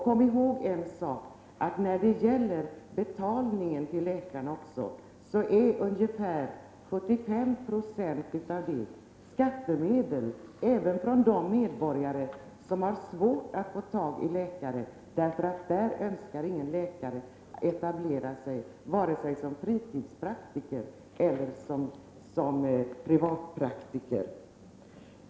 Kom ihåg en sak: läkarna betalas till ungefär 75 Zo med skattemedel, som betalas även av de medborgare som har svårt att få tag i läkare därför att inga läkare önskar etablera sig på deras ort, vare sig som fritidspraktiker eller som privatpraktiker.